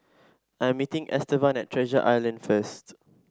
I am meeting Estevan at Treasure Island first